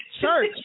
Church